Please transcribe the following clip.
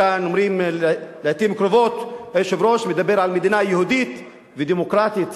לעתים קרובות היושב-ראש מדבר על מדינה יהודית ודמוקרטית.